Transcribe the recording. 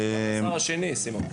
גם לשר השני, סימון.